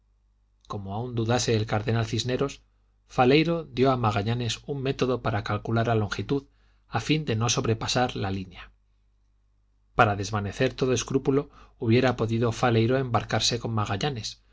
como aun dudase el cardenal cisneros faleiro dio a magallanes un métofllo para calcular la longitud a fin de no sobrepasar la línea para desvanecer todo escrúpulo hubiera podido faleiro embarcarse con magalles